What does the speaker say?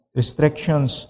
restrictions